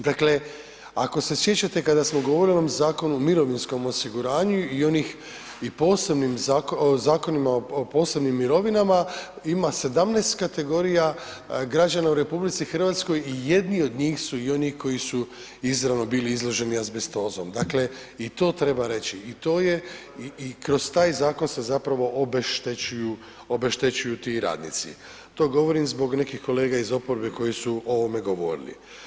Dakle, ako se sjećate kada smo govorili o ovom Zakonu o mirovinskom osiguranju i onih i posebnim, Zakonima o posebnim mirovinama, ima 17 kategorija građana u RH i jedni od njih su i oni koji su izravno bili izloženi azbestozom, dakle i to treba reći i to je i kroz taj zakon se zapravo obeštećuju, obeštećuju ti radnici, to govorim zbog nekih kolega iz oporbe koji su o ovome govorili.